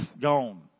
Gone